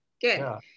good